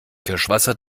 kirschwasser